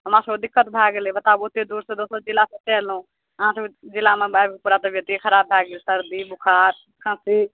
हमरा सबके दिक्कत भए गेलै बताबु ओते दूरसँ दोसर जिलासँ एतऽ एलहुॅं अहाँ सब जिलामे आबि कऽ पूरा तबियते खराब भए गेल सर्दी बुखार खाँसी